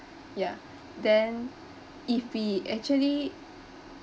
ya then if we actually